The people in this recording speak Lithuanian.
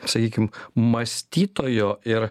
sakykim mąstytojo ir